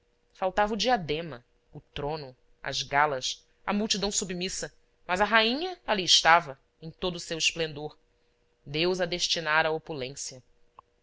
faltava o diadema o trono as galas a multidão submissa mas a rainha ali estava em todo o seu esplendor deus a destinara à